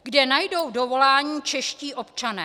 Kde najdou dovolání čeští občané?